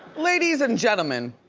ladies and gentlemen,